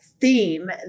theme